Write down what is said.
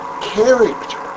character